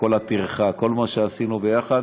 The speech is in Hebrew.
על כל הטרחה וכל מה שעשינו ביחד,